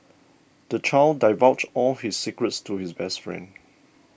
the child divulged all his secrets to his best friend